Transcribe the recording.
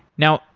now,